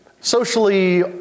socially